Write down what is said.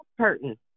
curtain